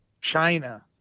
china